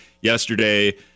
yesterday